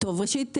ראשית,